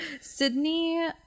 Sydney